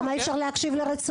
למה אי אפשר להקשיב לרצונו?